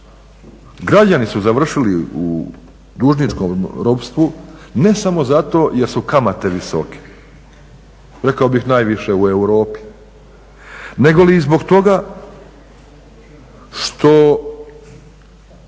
Građani su završili u dužničkom ropstvu ne samo zato jer su kamate visoke, rekao bih najviše u Europi, negoli i zbog toga što